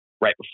right